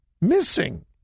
missing